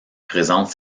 présente